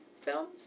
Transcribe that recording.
films